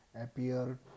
appear